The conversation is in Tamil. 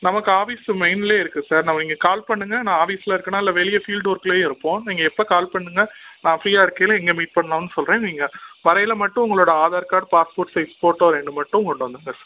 நமக்கு ஆஃபிஸு மெய்னில் இருக்குது சார் நம்ம நீங்கள் கால் பண்ணுங்க நான் ஆஃபிஸில் இருக்கேனா இல்லை வெளியே ஃபீல்டு ஒர்க்லேயும் இருப்போம் நீங்கள் எப்போ கால் பண்ணுங்க நான் ஃப்ரீயாக இருக்கையில் எங்கள் மீட் பண்ணுன்னு சொல்கிறேன் நீங்கள் வரையில் மட்டும் உங்களோடய Aadhaar card passport size photo ரெண்டு மட்டும் கொண்டு வந்துடுங்க சார்